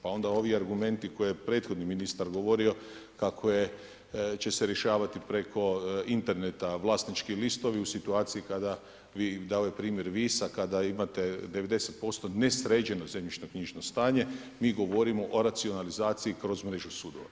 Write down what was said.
Pa onda ovi argumenti koje je prethodni ministar govorio kako će se rješavati preko interneta vlasnički listovi, u situaciji kada davanju primjer Visa, kada imate 90% nesređeno zemljišno knjižno stanje, mi govorimo o racionalizaciji kroz mrežu sudova.